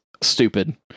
stupid